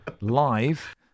live